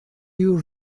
you